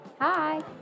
Hi